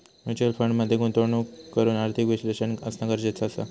mutual fund मध्ये गुंतवणूक करूक आर्थिक विश्लेषक असना गरजेचा असा